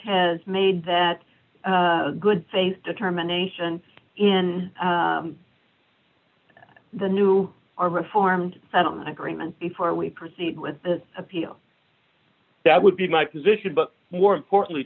has made that good faith determination in the new r reformed settlement agreement before we proceed with the appeal that would be my position but more importantly